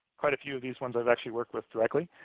quite a few of these ones i've actually worked with directly.